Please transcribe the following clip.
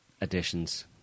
additions